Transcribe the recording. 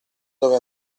dove